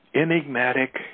enigmatic